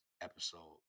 episode